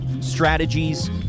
strategies